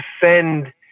defend